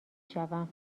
شوم